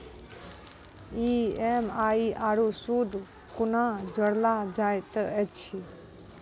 EMI आरू सूद कूना जोड़लऽ जायत ऐछि?